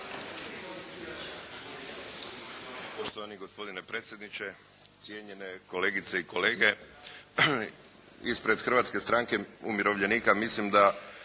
Poštovani gospodine predsjedniče, cijenjene kolegice i kolege. Ispred Hrvatske stranke umirovljenika mislim da